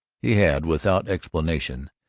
he had, without explanation,